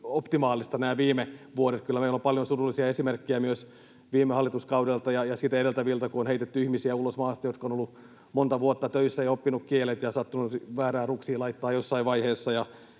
optimaalista. Kyllä meillä on paljon surullisia esimerkkejä myös viime hallituskaudelta ja sitä edeltäviltä, kun on heitetty ulos maasta ihmisiä, jotka ovat olleet monta vuotta töissä ja oppineet kielet ja sattuneet väärää ruksia laittamaan jossain vaiheessa.